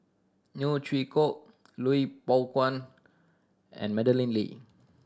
Neo Chwee Kok Lui Pao and Madeleine Lee